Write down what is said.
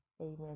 Amen